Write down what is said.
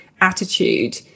attitude